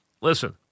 listen